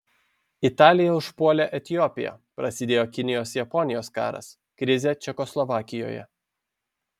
italija užpuolė etiopiją prasidėjo kinijos japonijos karas krizė čekoslovakijoje